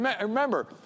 remember